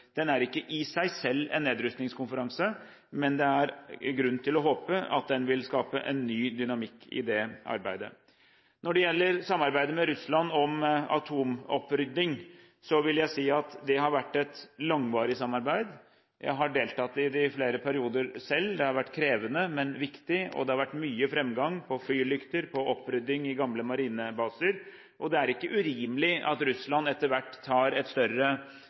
Den er ikke i seg selv en nedrustningskonferanse, men det er grunn til å håpe at den vil skape en ny dynamikk i det arbeidet. Når det gjelder samarbeidet med Russland om atomopprydding, vil jeg si at det har vært et langvarig samarbeid. Jeg har selv deltatt i det i flere perioder. Det har vært krevende, men viktig. Det har vært mye framgang når det gjelder fyrlykter og opprydding i gamle marinebaser, og det er ikke urimelig at Russland etter hvert tar et større